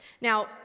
Now